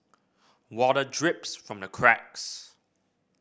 water drips from the cracks